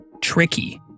tricky